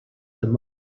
moment